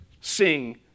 sing